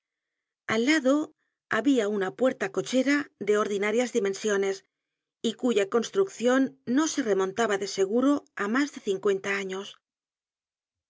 al lado habia una puerta-cochera de ordinarias dimensiones y cuya construccion no se remontaba de seguro á mas de cincuenta años